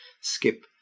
skip